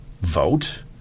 vote